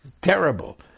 terrible